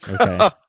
Okay